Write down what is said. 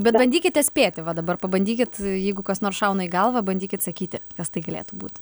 bet bandykite spėti va dabar pabandykit jeigu kas nors šauna į galvą bandykit sakyti kas tai galėtų būt